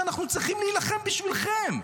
שאנחנו צריכים להילחם בשבילכם?